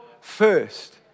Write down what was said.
first